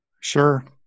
Sure